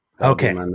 Okay